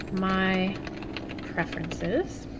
my preferences